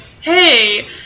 Hey